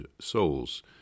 souls